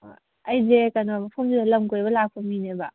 ꯑꯩꯁꯦ ꯀꯩꯅꯣ ꯃꯐꯝꯁꯤꯗ ꯂꯝ ꯀꯣꯏꯕ ꯂꯥꯛꯄ ꯃꯤꯅꯦꯕ